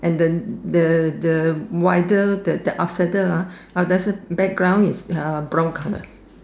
and the the the wider the outsider background is uh brown colour